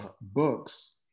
books